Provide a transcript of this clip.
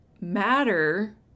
matter